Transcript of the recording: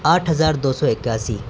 آٹھ ہزار دو سو اکیاسی